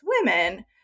women